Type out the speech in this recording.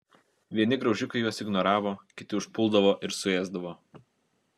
vieni graužikai juos ignoravo kiti užpuldavo ir suėsdavo